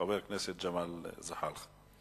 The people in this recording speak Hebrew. חבר הכנסת ג'מאל זחאלקה.